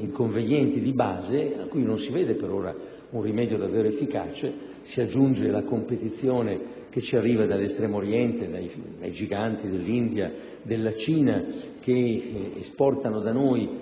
inconvenienti di base, per i quali non si vede per ora un rimedio davvero efficace, si aggiunge la competizione che ci arriva dall'Estremo Oriente, dai giganti dell'India e della Cina, che esportano da noi